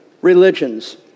religions